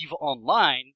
Online